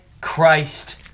Christ